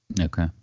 okay